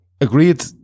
agreed